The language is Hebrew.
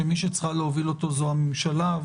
שמי שצריכה להוביל אותו זו הממשלה.